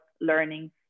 learning